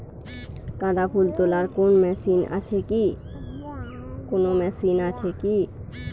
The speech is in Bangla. গাঁদাফুল তোলার কোন মেশিন কি আছে?